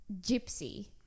gypsy